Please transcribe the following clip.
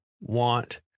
want